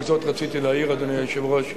רק זאת רציתי להעיר, אדוני היושב-ראש.